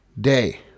day